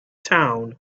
town